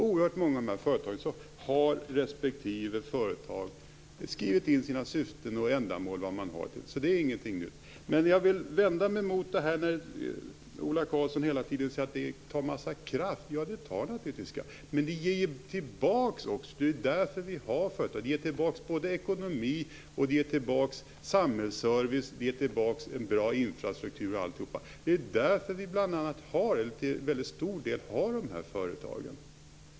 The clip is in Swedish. Oerhört många av dessa företag har skrivit in sina syften och ändamål, så det är ingenting nytt. Jag vänder mig mot att Ola Karlsson hela tiden säger att de tar en massa kraft. Ja, de tar naturligtvis kraft, men de ger ju också någonting tillbaka. Det är ju därför vi har dessa företag. De ger tillbaka ekonomi, samhällsservice och en bra infrastruktur etc. Det är till stor del därför vi har dessa företag.